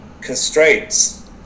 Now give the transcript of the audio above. constraints